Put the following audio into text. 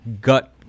gut